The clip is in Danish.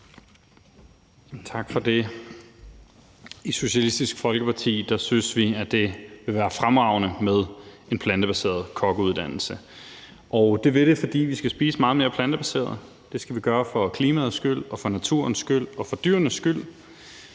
Tak for det. I Socialistisk Folkeparti synes vi, at det vil være fremragende med en plantebaseret kokkeuddannelse. Og det vil det, fordi vi skal spise meget mere plantebaseret. Det skal vi gøre for klimaets skyld, for naturens skyld og for dyrenes skyld.